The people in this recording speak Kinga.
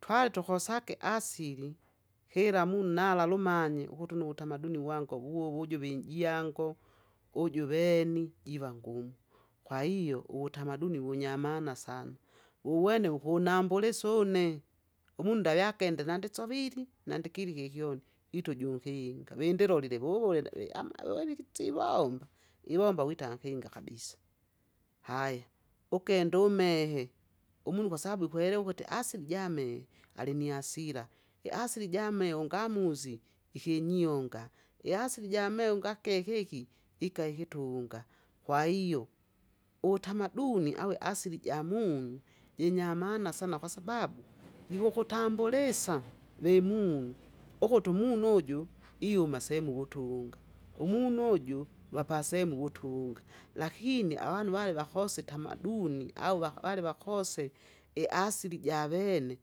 twale tukosake asili kira mnu nala alumanye ukuti une uwutamaduni wango wuwo wujuvi ijiango, uju veni jiva ngumu. Kwahiyo uwutamaduni wunyamana sana, wuwene wukunambulisa une, umunda yakende nandisovili nandikili kikyoni itu junkinga, windilolile wuwule nawi amawoli ikitsiwomba iwomba wita nkinga kabisa. Haya ukenda umehe umunu, kwasabu ikwelewa ukuti asili jame alinihasira, iasili jamee ungamuzi ikinyionga, iasili ijamee ungakekeki ika ikitunga, kwahiyo uwutamaduni au iasili jamunu jinyamana sana kwasababu, jikukutambulisa vimunu, ukuti umunu uju iuma sehemu wutunga, umunu uju wapasehemu wutunga. Lakini avanu wale wakose itamaduni au wa- wale wakose iasili javene.